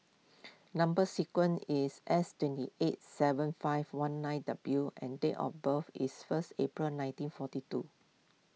Number Sequence is S twenty eight seven five one nine W and date of birth is first April nineteen forty two